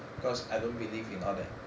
cause I don't believe in all that